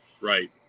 right